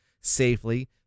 safely